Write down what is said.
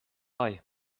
eye